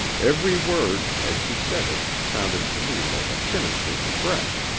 every word, as she said it, sounded to me like a sinister threat,